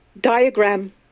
diagram